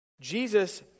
Jesus